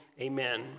Amen